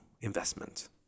investment